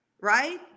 right